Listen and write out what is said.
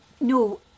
No